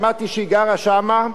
שמעתי שהיא גרה שם.